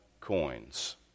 coins